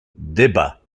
débats